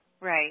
right